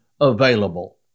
available